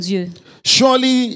Surely